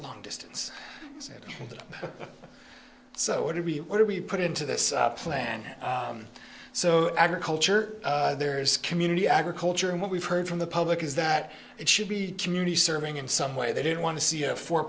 long distance so what are we what do we put into this plan so agriculture there is community agriculture and what we've heard from the public is that it should be community serving in some way they don't want to see a for